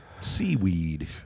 Seaweed